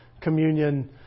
communion